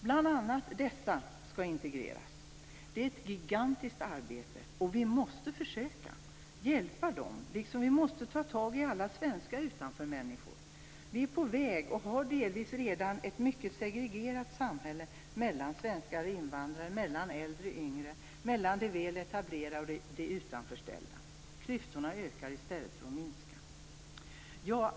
Bl.a. dessa skall integreras. Det är ett gigantiskt arbete, och vi måste försöka hjälpa dem, liksom vi måste ta tag i alla svenska utanförmänniskor. Vi är på väg och har delvis redan ett samhälle som är mycket segregerat mellan svenskar och invandrare, mellan äldre och yngre, mellan de väl etablerade och de utanförställda. Klyftorna ökar i stället för att minska.